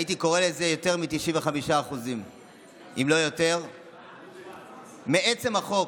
הייתי קורא לזה, יותר מ-95% אם לא יותר מעצם החוק,